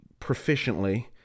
proficiently